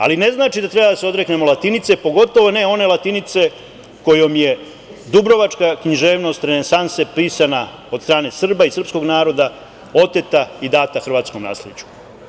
Ali, to ne znači da treba da se odreknemo latinice, pogotovo ne one latinice kojom je dubrovačka književnost renesanse pisana od strane Srba i srpskog naroda, oteta i data hrvatskom nasleđu.